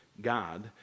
God